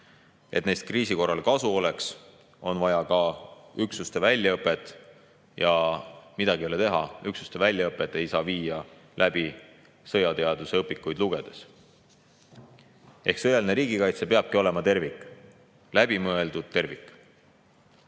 Et neist kriisi korral kasu oleks, on vaja ka üksuste väljaõpet. Ja midagi ei ole teha, üksuste väljaõpet ei saa teha sõjateaduse õpikuid lugedes. Ehk sõjaline riigikaitse peabki olema tervik, läbimõeldud tervik.